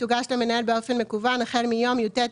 לא הודיע המנהל לניזוק על החלטתו לפי תקנת משנה (א) בתוך